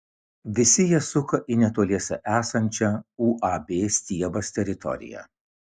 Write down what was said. visi jie suka į netoliese esančią uab stiebas teritoriją